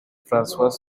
françois